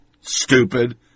Stupid